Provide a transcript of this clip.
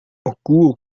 aku